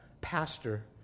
pastor